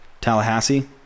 Tallahassee